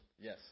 Yes